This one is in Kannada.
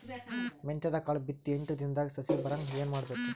ಮೆಂತ್ಯದ ಕಾಳು ಬಿತ್ತಿ ಎಂಟು ದಿನದಾಗ ಸಸಿ ಬರಹಂಗ ಏನ ಮಾಡಬೇಕು?